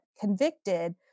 convicted